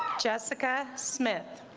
jessica smith